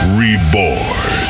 reborn